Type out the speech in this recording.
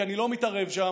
כי אני לא מתערב שם,